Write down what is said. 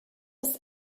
ist